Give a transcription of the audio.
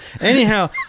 Anyhow